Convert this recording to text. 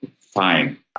fine